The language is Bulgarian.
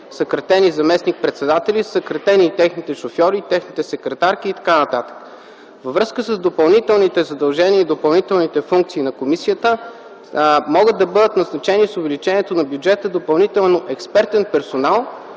съкратени заместник-председатели са съкратени и техните шофьори, техните секретарки и така нататък. Във връзка с допълнителните задължения и допълнителните функции на комисията, могат да бъдат назначени с увеличението на бюджета допълнително експертен персонал,